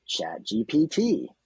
ChatGPT